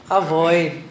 avoid